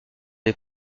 des